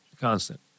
constant